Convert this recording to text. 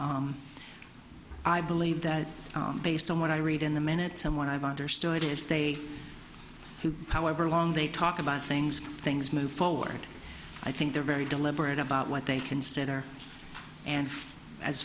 and i believe that based on what i read in the minute someone i've understood is they who power over long they talk about things things move forward i think they're very deliberate about what they consider and as